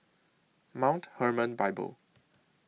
Mount Hermon Bible